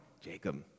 Jacob